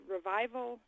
Revival